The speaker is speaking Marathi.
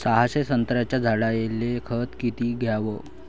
सहाशे संत्र्याच्या झाडायले खत किती घ्याव?